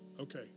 Okay